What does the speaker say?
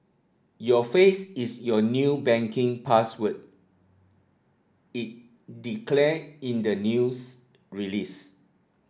your face is your new banking password it declare in the news release